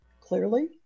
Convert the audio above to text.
clearly